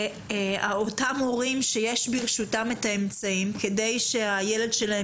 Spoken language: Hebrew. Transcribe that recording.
אותם הורים שיש ברשותם את האמצעים כדי שהילד שלהם